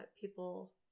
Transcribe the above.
people